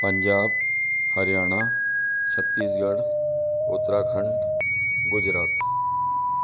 Punjab Haryana Chhattisgarh Uttarakhand Gujarat